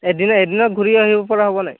এদিন এদিনত ঘূৰি আহিব পৰা হ'ব নাই